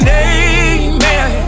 amen